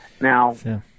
Now